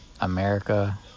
america